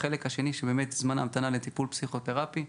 החלק השני זמן ההמתנה לטיפול פסיכותרפי,